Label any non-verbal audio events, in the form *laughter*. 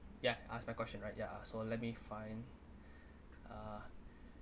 ya ask my question right ya so let me find *breath* a